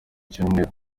cyumweru